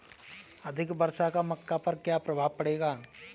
अधिक वर्षा का मक्का पर क्या प्रभाव पड़ेगा?